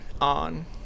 on